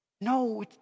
No